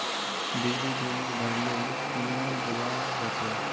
बिजली बिल भरले कुनियाँ जवा होचे?